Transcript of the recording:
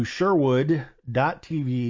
Sherwood.tv